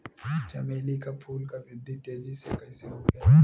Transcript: चमेली क फूल क वृद्धि तेजी से कईसे होखेला?